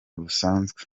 busanzwe